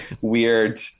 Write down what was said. weird